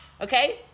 okay